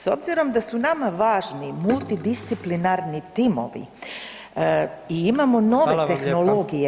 S obzirom da su nama važni multidisciplinarni timovi i imamo nove tehnologije